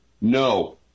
no